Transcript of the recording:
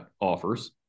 offers